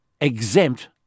exempt